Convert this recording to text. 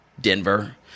Denver